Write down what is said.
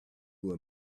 were